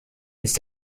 ist